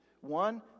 One